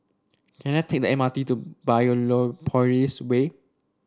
can I take the M R T to Way